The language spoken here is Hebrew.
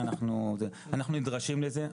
אנחנו נדרשים לזה,